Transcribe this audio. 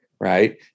right